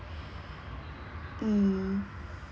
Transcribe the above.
hmm